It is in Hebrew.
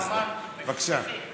בבקשה, חבר הכנסת בהלול.